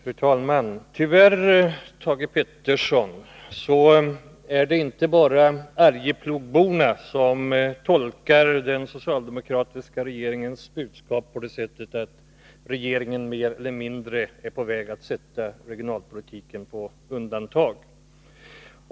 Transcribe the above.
Fru talman! Tyvärr, Thage Peterson, är det inte bara arjeplogborna som tolkar den socialdemokratiska regeringens budskap så, att regeringen mer eller mindre är på väg att sätta regionalpolitiken på undantag.